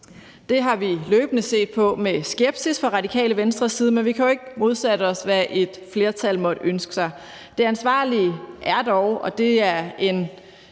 Det har vi løbende set på med skepsis fra Radikale Venstres side, men vi kan jo ikke modsætte os, hvad et flertal måtte ønske sig. Det ansvarlige er dog – og det er en